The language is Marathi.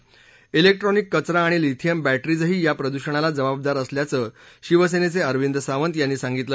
ब्रेक्ट्रॉनिक कचरा आणि लिथियम बॅटरीजही या प्रदूषणाला जबाबदार असल्याचं शिवसेनेचे अरविंद सावंत यांनी सांगितलं